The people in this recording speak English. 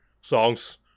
songs